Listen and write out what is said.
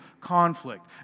conflict